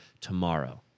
tomorrow